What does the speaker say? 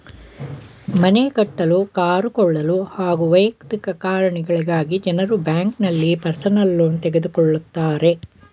ಮನೆ ಕಟ್ಟಿಸಲು ಕಾರು ಕೊಳ್ಳಲು ಹಾಗೂ ವೈಯಕ್ತಿಕ ಕಾರಣಗಳಿಗಾಗಿ ಜನರು ಬ್ಯಾಂಕ್ನಲ್ಲಿ ಪರ್ಸನಲ್ ಲೋನ್ ತೆಗೆದುಕೊಳ್ಳುತ್ತಾರೆ